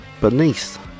Beneath